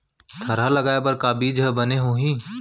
थरहा लगाए बर का बीज हा बने होही?